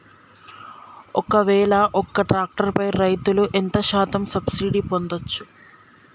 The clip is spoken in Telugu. ఒక్కవేల ఒక్క ట్రాక్టర్ పై రైతులు ఎంత శాతం సబ్సిడీ పొందచ్చు?